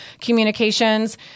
communications